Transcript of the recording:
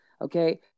okay